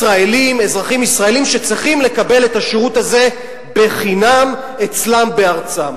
אזרחים ישראלים שצריכים לקבל את השירות הזה בחינם אצלם בארצם.